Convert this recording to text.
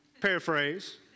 paraphrase